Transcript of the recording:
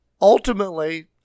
ultimately